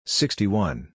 sixty-one